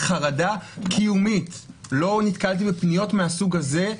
בחרדה קיומית - לא נתקלתי בפניות מהסוג הזה.